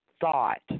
thought